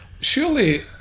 surely